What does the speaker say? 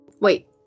Wait